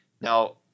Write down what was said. Now